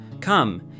Come